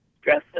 dress